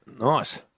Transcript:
Nice